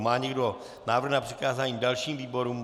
Má někdo návrh na přikázání dalším výborům?